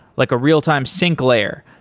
like a real-time sync layer,